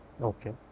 Okay